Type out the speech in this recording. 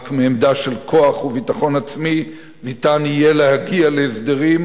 רק מעמדה של כוח וביטחון עצמי ניתן יהיה להגיע להסדרים,